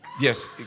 yes